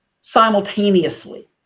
simultaneously